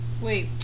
Wait